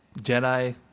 Jedi